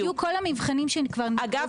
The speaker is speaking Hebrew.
מכאן